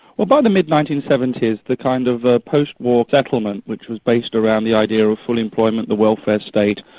well by the mid nineteen seventy s the kind of ah post-war settlement which was based around the idea of full employment, the welfare state,